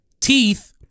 teeth